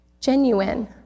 Genuine